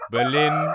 Berlin